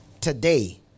today